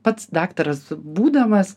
pats daktaras būdamas